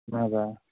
اَہَن حظ آ